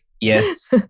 Yes